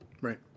right